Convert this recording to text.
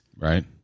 right